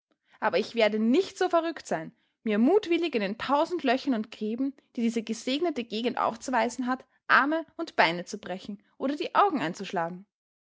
aber ich werde nicht so verrückt sein mir mutwillig in den tausend löchern und gräben die diese gesegnete gegend aufzuweisen hat arme und beine zu brechen oder die augen einzuschlagen